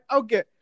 okay